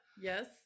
Yes